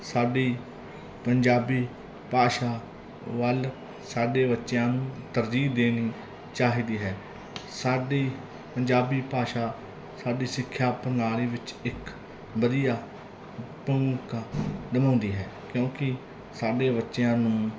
ਸਾਡੀ ਪੰਜਾਬੀ ਭਾਸ਼ਾ ਵੱਲ ਸਾਡੇ ਬੱਚਿਆਂ ਨੂੰ ਤਰਜੀਹ ਦੇਣੀ ਚਾਹੀਦੀ ਹੈ ਸਾਡੀ ਪੰਜਾਬੀ ਭਾਸ਼ਾ ਸਾਡੀ ਸਿੱਖਿਆ ਪ੍ਰਣਾਲੀ ਵਿੱਚ ਇੱਕ ਵਧੀਆ ਭੂਮਿਕਾ ਨਿਭਾਉਂਦੀ ਹੈ ਕਿਉਂਕਿ ਸਾਡੇ ਬੱਚਿਆਂ ਨੂੰ